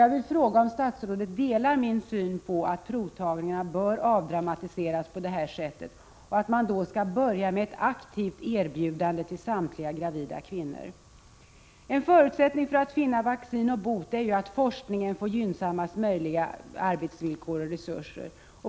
Jag vill fråga om statsrådet delar min syn på att provtagningen bör avdramatiseras på det sätt jag beskrivit och att man bör börja med ett aktivt erbjudande till samtliga gravida kvinnor. En förutsättning för att finna vaccin och bot för aids är att forskningen får gynnsammaste möjliga arbetsvillkor och resurser.